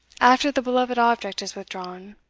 after the beloved object is withdrawn.